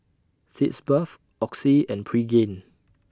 Sitz Bath Oxy and Pregain